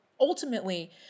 ultimately